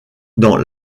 dans